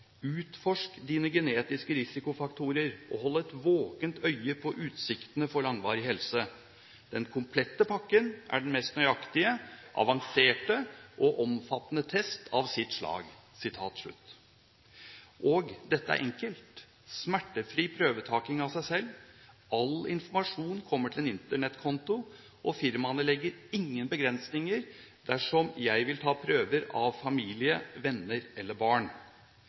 dine genetiske risikofaktorer og hold et våkent øye på utsiktene for langvarig helse. Den komplette pakken er den mest nøyaktige, avanserte og omfattende test av sitt slag. Og dette er enkelt: smertefri prøvetaking av seg selv, all informasjon kommer til en Internett-konto, og firmaene setter ingen begrensninger dersom en vil ta prøver av familie, venner eller barn.